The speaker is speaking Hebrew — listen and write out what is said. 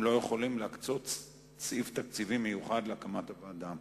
הם לא יכולים להקצות סעיף תקציבי מיוחד להקמת הוועדה.